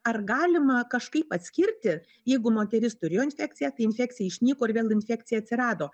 ar galima kažkaip atskirti jeigu moteris turėjo infekciją tai infekcija išnyko ir vėl infekcija atsirado